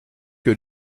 que